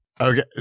Okay